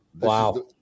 wow